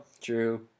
True